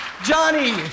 Johnny